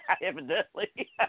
evidently